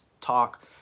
talk